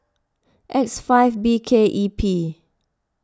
X five B K E P